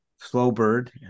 Slowbird